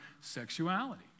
sexuality